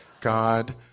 God